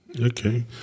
Okay